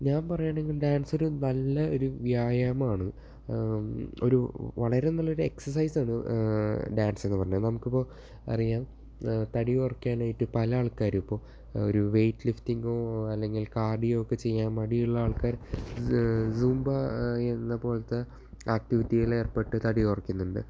ഞാൻ പറയുകയാണെങ്കിൽ ഡാൻസ് ഒരു നല്ല ഒരു വ്യായാമം ആണ് ഒരു വളരെ നല്ലൊരു എക്സർസൈസാണ് ഡാൻസ് എന്നു പറഞ്ഞാൽ നമുക്കിപ്പോൾ അറിയാം തടി കുറക്കാനായിട്ട് പല ആൾക്കാരും ഇപ്പോൾ ഒരു വെയ്റ്റ് ലിഫ്റ്റിംഗോ അല്ലെങ്കിൽ കാർഡിയോ ഒക്കെ ചെയ്യാൻ മടിയുള്ള ആൾക്കാർ സും സൂംബ എന്ന പോലത്തെ ആക്ടിവിറ്റിയിൽ ഏർപ്പെട്ട് തടി കുറക്കുന്നുണ്ട്